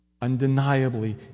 undeniably